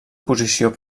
posició